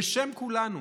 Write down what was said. בשם כולנו: